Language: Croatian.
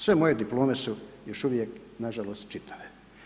Sve moje diplome su još uvijek, nažalost, čitave.